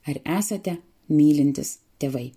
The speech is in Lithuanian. ar esate mylintys tėvai